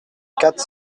quatre